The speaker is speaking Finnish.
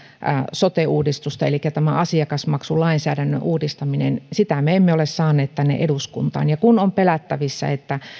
sote uudistusta on tämä asiakasmaksulainsäädännön uudistaminen sitä me emme ole saaneet tänne eduskuntaan kun on pelättävissä että